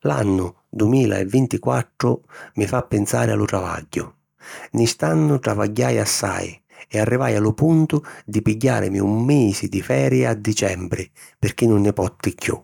L'annu dumila e vintiquattru mi fa pinsari a lu travagghiu. Nni st'annu travagghiai assai e arrivai a lu puntu di pigghiàrimi un misi di feri a dicembri, pirchì nun nni potti chiù.